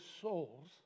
souls